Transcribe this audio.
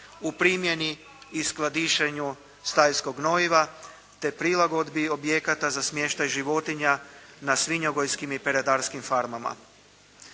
u primjeni i skladištenju stajskog gnojiva te prilagodbi objekata za smještaj životinja na svinjogojskim i peradarskim farmama.